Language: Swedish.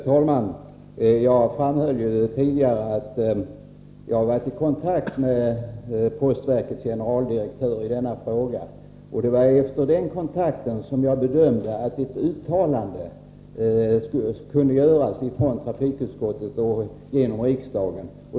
Herr talman! Jag nämnde i mitt förra inlägg att jag varit i kontakt med postverkets generaldirektör i denna fråga, och det var efter den kontakten som jag bedömde att det skulle vara värdefullt med ett uttalande av riksdagen.